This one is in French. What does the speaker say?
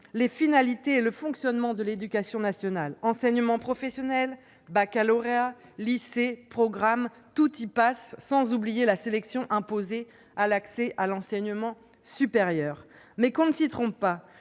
les finalités et le fonctionnement de l'éducation nationale : enseignement professionnel, baccalauréat, lycée, programmes, tout y passe, sans oublier la sélection imposée à l'accès à l'enseignement supérieur ! Mais qu'on ne s'y trompe pas